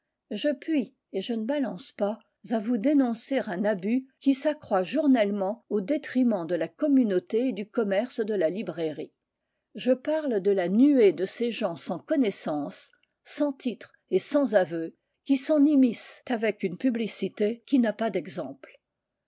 je puis et je ne balance pas à vous dénoncer un abus qui s'accroît journellement au détriment de la communauté et du commerce de la librairie je parle de la nuée de ces gens sans connaissances sans titre et sans aveu qui s'en immiscent avec une publicité qui n'a pas d'exemple